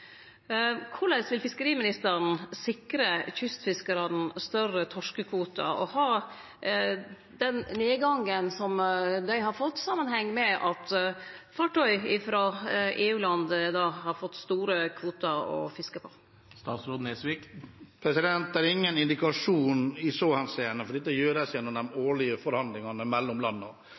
Korleis vil fiskeriministeren sikre kystfiskarane større torskekvotar? Og: Har den nedgangen som dei har fått, samanheng med at fartøy frå EU-land har fått store kvotar å fiske på? Det er ingen indikasjon i så henseende, for dette gjøres gjennom de årlige forhandlingene mellom